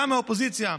גם מהאופוזיציה,